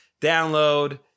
download